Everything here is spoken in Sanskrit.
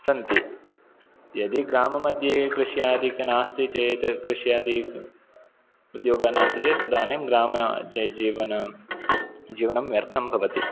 सन्ति यदि ग्राममध्ये कृष्यादिकं नास्ति चेत् कृष्यादि उद्योग नास्ति चेत् तदानीं ग्राम ज जीवन जीवनं व्यर्थं भवति